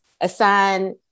assign